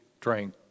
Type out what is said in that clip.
drank